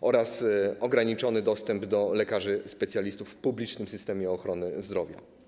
oraz ograniczony dostęp do lekarzy specjalistów w publicznym systemie ochrony zdrowia.